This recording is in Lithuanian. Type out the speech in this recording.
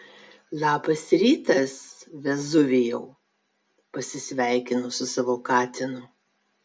labas rytas vezuvijau pasisveikinu su savo katinu